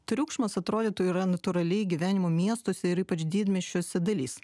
triukšmas atrodytų yra natūrali gyvenimo miestuose ir ypač didmiesčiuose dalis